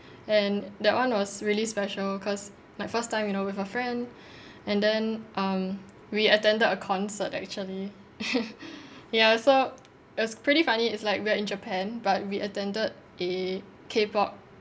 and that one was really special cause like first time you know with a friend and then um we attended a concert actually ya so it was pretty funny it's like we're in japan but we attended a K pop